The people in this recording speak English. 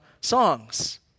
Songs